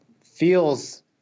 feels